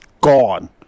gone